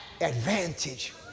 advantage